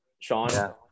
Sean